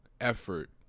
effort